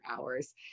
hours